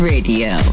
Radio